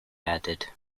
added